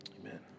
Amen